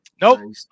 nope